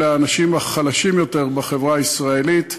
אלה האנשים החלשים יותר בחברה הישראלית,